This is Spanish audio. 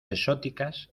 exóticas